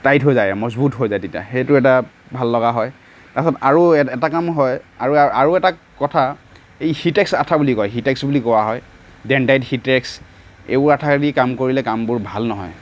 tight হৈ যায় মজবুত হৈ যায় তেতিয়া সেইটো এটা ভাললগা হয় তাৰপাছত আৰু এট এটা কাম হয় আৰু আৰু এটা কথা এই হিতএক্স আঠা বুলি কয় হিতএক্স বুলি কোৱা হয় দেনড্ৰাইত হিতএক্স এইবোৰ আঠাইদি কাম কৰিলে কামবোৰ ভাল নহয়